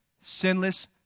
sinless